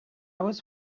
was